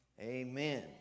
Amen